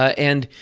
and